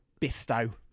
Bisto